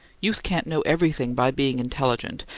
youth can't know everything by being intelligent,